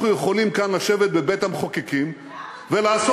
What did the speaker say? אנחנו יכולים לשבת כאן בבית-המחוקקים ולעשות